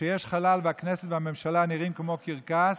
כשיש חלל והכנסת והממשלה נראות כמו קרקס,